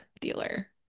dealer